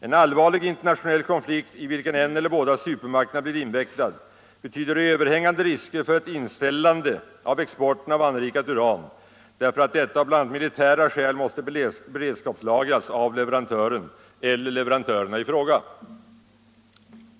En allvarlig internationell konflikt i vilken en eller båda supermakterna blir invecklad betyder överhängande risker för ett inställande av exporten av anrikat uran, därför att detta av bl.a. militära skäl måste beredskapslagras av leverantören eller leverantörerna i fråga.